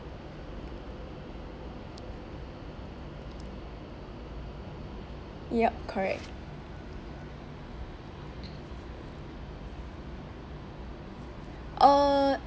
yup correct uh